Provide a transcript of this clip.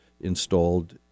installed